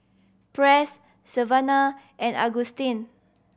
Press Savannah and Augustine